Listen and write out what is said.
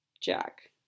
Jack